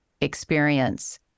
experience